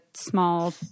small